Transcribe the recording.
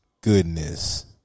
goodness